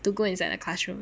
to go inside the classroom